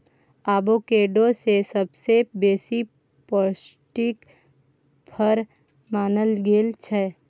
avocado केँ सबसँ बेसी पौष्टिक फर मानल गेल छै